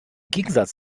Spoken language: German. gegensatz